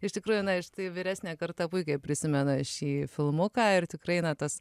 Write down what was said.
iš tikrųjų na štai vyresnė karta puikiai prisimena šį filmuką ir tikrai na tas